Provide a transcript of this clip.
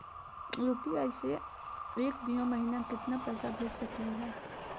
UPI स एक दिनो महिना केतना पैसा भेज सकली हे?